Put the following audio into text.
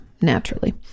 naturally